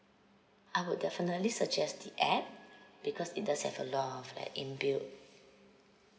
I would definitely suggest the app because it does have a lot of like inbuilt